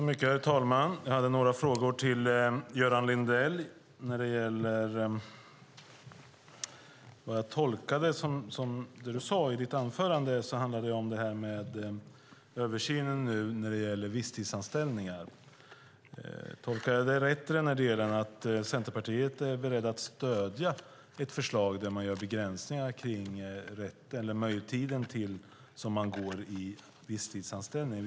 Herr talman! Jag har några frågor till dig, Göran Lindell, när det gäller det du sade i ditt anförande om översynen i fråga om visstidsanställningar. Tolkade jag dig rätt i den delen att ni i Centerpartiet är beredda att stödja ett förslag till begränsningar av den tid som man går i visstidsanställning?